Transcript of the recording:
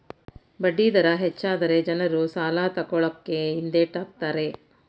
ಬಡ್ಡಿ ದರ ಹೆಚ್ಚಾದರೆ ಜನರು ಸಾಲ ತಕೊಳ್ಳಕೆ ಹಿಂದೆಟ್ ಹಾಕ್ತರೆ